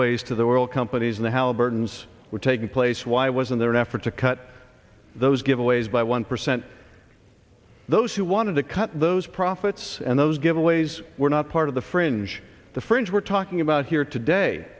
to the oil companies and how burdens were taking place why wasn't there an effort to cut those giveaways by one percent those who wanted to cut those profits and those giveaways were not part of the fringe the fringe we're talking about here today